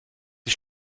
sie